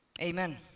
Amen